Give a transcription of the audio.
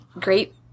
great